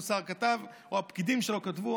סער כתב או את מה שהפקידים שלו כתבו,